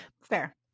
Fair